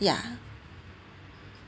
ya